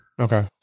Okay